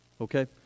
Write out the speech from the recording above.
okay